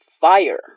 fire